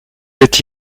êtes